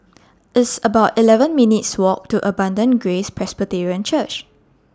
It's about eleven minutes' Walk to Abundant Grace Presbyterian Church